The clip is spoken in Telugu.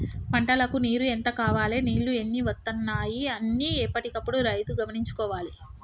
పంటలకు నీరు ఎంత కావాలె నీళ్లు ఎన్ని వత్తనాయి అన్ని ఎప్పటికప్పుడు రైతు గమనించుకోవాలె